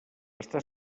està